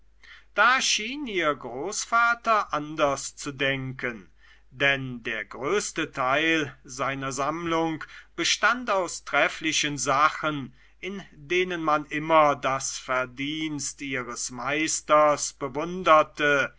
da schien ihr großvater anders zu denken denn der größte teil seiner sammlung bestand aus trefflichen sachen in denen man immer das verdienst ihres meisters bewunderte